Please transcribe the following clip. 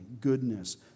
goodness